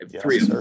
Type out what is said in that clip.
Three